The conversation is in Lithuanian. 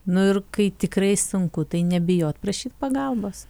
nu ir kai tikrai sunku tai nebijot prašyt pagalbos